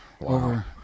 Over